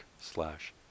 slash